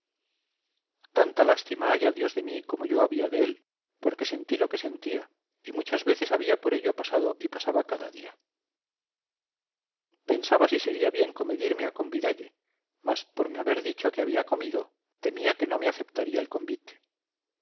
tanta lástima haya dios de mí como yo había dél porque sentí lo que sentía y muchas veces había por ello pasado y pasaba cada día pensaba si sería bien comedirme a convidalle mas por me haber dicho que había comido temía me no aceptaría el convite